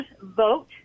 vote